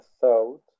thought